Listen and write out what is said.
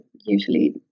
usually